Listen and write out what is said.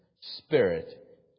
spirit